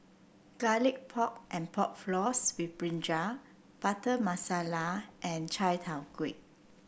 Garlic Pork and Pork Floss with brinjal Butter Masala and Chai Tow Kuay